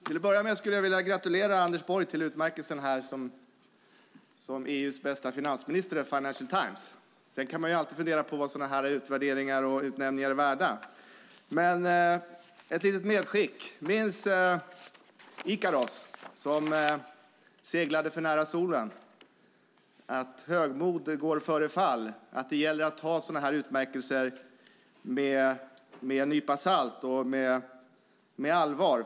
Herr talman! Till att börja med skulle jag vilja gratulera Anders Borg till utmärkelsen som EU:s bästa finansminister i Financial Times. Sedan kan man ju alltid fundera på vad sådana utvärderingar och utnämningar är värda. Ett litet medskick: Minns Ikaros, som seglade för nära solen. Högmod går före fall, och det gäller att ta sådana här utmärkelser med en nypa salt och med allvar.